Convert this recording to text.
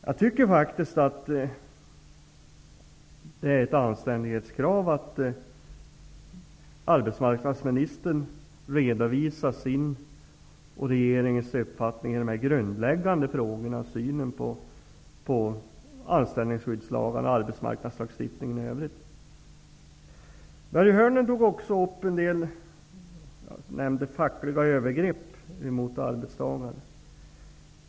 Jag tycker faktiskt att det är ett anständighetskrav att arbetsmarknadsministern redovisar sin och regeringens uppfattning i dessa grundläggande frågor och när det gäller synen på anställningsskyddslagar och arbetsmarknadslagstiftningen i övrigt. Börje Hörnlund talade om fackliga övergrepp mot arbetstagare.